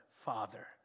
father